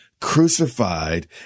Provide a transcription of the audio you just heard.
crucified